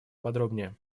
подробнее